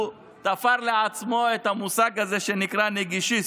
הוא תפר לעצמו את המונח שנקרא "נגישיסט",